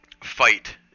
fight